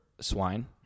swine